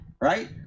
right